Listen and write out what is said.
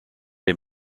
him